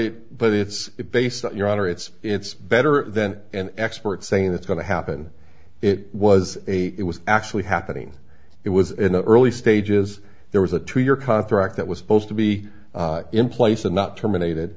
it but it's based on your honor it's it's better than an expert saying that's going to happen it was a it was actually happening it was in the early stages there was a two year contract that was supposed to be in place and not terminated